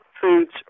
foods